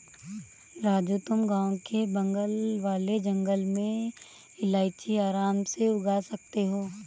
राजू तुम गांव के बगल वाले जंगल में इलायची आराम से उगा सकते हो